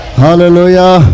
hallelujah